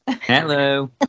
Hello